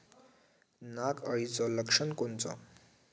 नाग अळीचं लक्षण कोनचं?